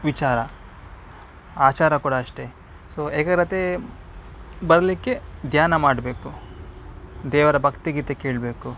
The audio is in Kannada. ವಿಚಾರ ಆಚಾರ ಕೂಡ ಅಷ್ಟೇ ಸೊ ಏಕಾಗ್ರತೆ ಬರಲಿಕ್ಕೆ ಧ್ಯಾನ ಮಾಡಬೇಕು ದೇವರ ಭಕ್ತಿಗೀತೆ ಕೇಳಬೇಕು